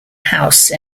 house